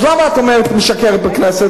אז למה את משקרת בכנסת?